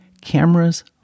cameras